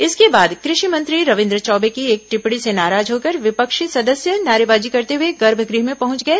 इसके बाद कृषि मंत्री रविन्द्र चौबे की एक टिप्पणी से नाराज होकर विपक्षी सदस्य नारेबाजी करते हुए गर्भगृह में पहुंच गए